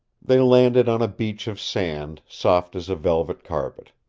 they landed on a beach of sand, soft as a velvet carpet.